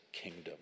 kingdom